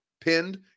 pinned